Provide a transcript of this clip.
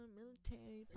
military